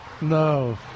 No